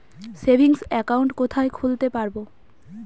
Savings account কোথায় খুলতে পারব?